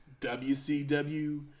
WCW